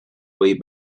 way